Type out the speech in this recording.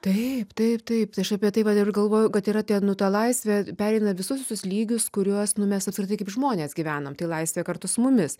taip taip taip tai aš apie tai vat ir galvoju kad yra tie nu ta laisvė pereina visus visus lygius kuriuos nu mes apskritai kaip žmonės gyvenom tai laisvė kartu su mumis